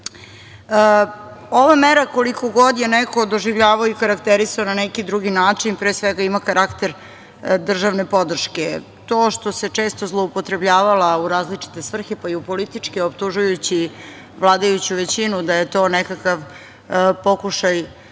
mera, koliko god je neko doživljavao i karakterisao na neki drugi način, pre svega ima karakter državne podrške. To što se često zloupotrebljavala u različite svrhe, pa i u političke, optužujući vladajuću većinu da je to nekakav pokušaj